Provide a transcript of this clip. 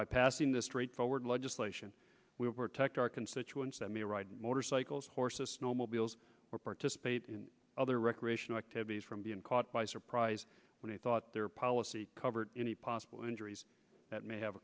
by passing the straightforward legislation we're protecting our constituents that may ride motorcycles horses snowmobiles or participate in other recreational activities from being caught by surprise when they thought their policy covered any possible injuries that may have